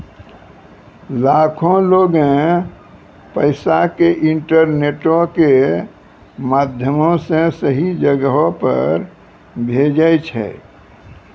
लाखो लोगें पैसा के इंटरनेटो के माध्यमो से सही जगहो पे भेजै छै